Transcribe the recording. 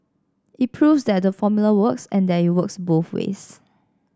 it proves that the formula works and that it works both ways